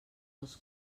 els